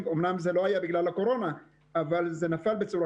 אמנם זה לא היה בגלל הקורונה אבל זה נפל בצורה